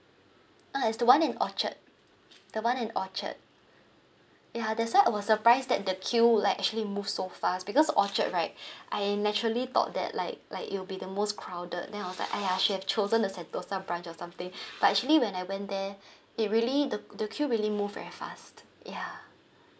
ah it's the one in orchard the one in orchard ya that's why I was surprised that the queue like actually moved so fast because orchard right I naturally thought that like like it'll be the most crowded then I was like !aiya! should have chosen the sentosa branch or something but actually when I went there it really the the queue really moved very fast ya